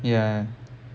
ya